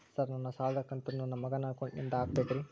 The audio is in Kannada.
ಸರ್ ನನ್ನ ಸಾಲದ ಕಂತನ್ನು ನನ್ನ ಮಗನ ಅಕೌಂಟ್ ನಿಂದ ಹಾಕಬೇಕ್ರಿ?